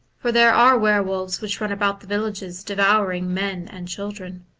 for there are were-wolves which run about the villages devouring men and children.